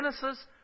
Genesis